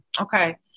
Okay